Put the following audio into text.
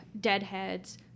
deadheads